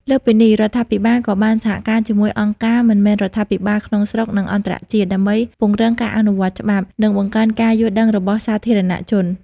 លើសពីនេះ រដ្ឋាភិបាលក៏បានសហការជាមួយអង្គការមិនមែនរដ្ឋាភិបាលក្នុងស្រុក និងអន្តរជាតិ ដើម្បីពង្រឹងការអនុវត្តច្បាប់ និងបង្កើនការយល់ដឹងរបស់សាធារណជន។